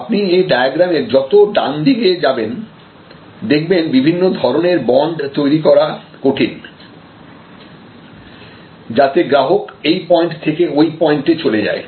আপনি এই ডায়াগ্রামের যত ডান দিকে যাবেন দেখবেন বিভিন্ন ধরনের বন্ড তৈরি করা কঠিন যাতে গ্রাহক এই পয়েন্ট থেকে ওই পয়েন্টে চলে যায়